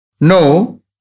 No